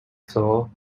floor